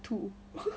too